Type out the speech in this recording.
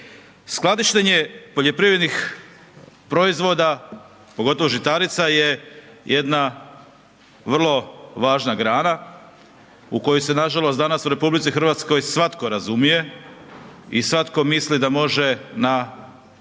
Skladištenje poljoprivrednih proizvoda, pogotovo žitarica je jedna vrlo važna grana u kojoj se nažalost danas u RH svatko razumije i svatko misli da može na